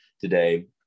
today